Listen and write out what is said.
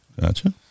Gotcha